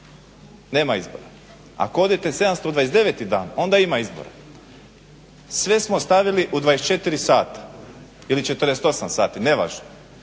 nema izbora. Ako odete 729 dan onda ima izbora. Sve smo stavili u 24 sata ili 48 sati, nevažno.